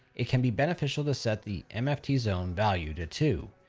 it can be beneficial to set the mft zone value to two.